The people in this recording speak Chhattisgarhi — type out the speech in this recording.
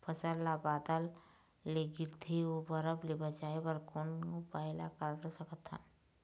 फसल ला बादर ले गिरथे ओ बरफ ले बचाए बर कोन उपाय ला अपना सकथन?